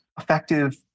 effective